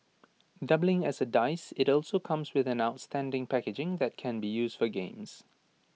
doubling as A dice IT also comes with an outstanding packaging that can be used for games